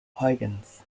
huygens